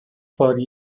for